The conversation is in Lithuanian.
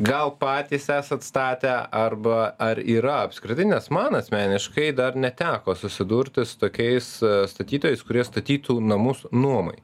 gal patys esat statę arba ar yra apskritai nes man asmeniškai dar neteko susidurti su tokiais statytojais kurie statytų namus nuomai